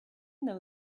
though